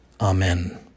Amen